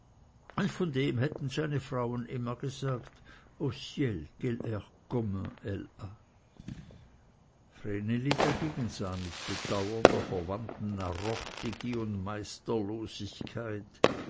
und von dem hätten seine frauen immer gesagt o ciel quel air commun elle a vreneli dagegen sah mit bedauren der verwandtin narrochtigi und